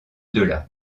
delà